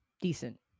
Decent